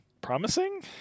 promising